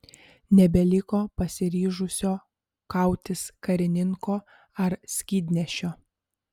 nebeliko pasiryžusio kautis karininko ar skydnešio